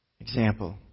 example